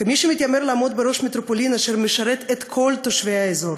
כמי שמתיימר לעמוד בראש מטרופולין אשר משרתת את כל תושבי האזור,